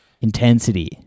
intensity